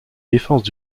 défenses